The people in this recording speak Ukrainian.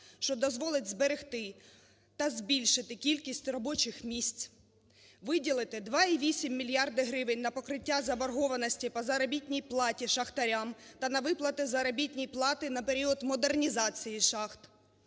що дозволить зберегти та збільшити кількість робочих місць, виділити 2,8 мільярда гривень на покриття заборгованості по заробітній платі шахтарям та на виплати заробітної плати на період модернізації шахт.